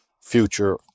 future